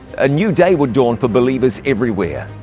a new day would dawn for believers everywhere.